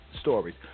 stories